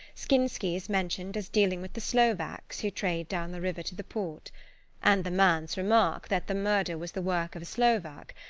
skinsky is mentioned as dealing with the slovaks who trade down the river to the port and the man's remark, that the murder was the work of a slovak,